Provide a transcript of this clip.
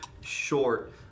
short